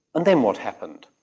and then what happened?